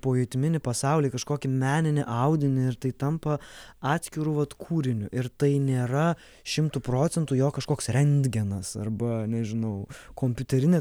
pojūtiminį pasaulį kažkokį meninį audinį ir tai tampa atskiru vat kūriniu ir tai nėra šimtu procentų jo kažkoks rentgenas arba nežinau kompiuterinė